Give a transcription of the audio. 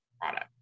product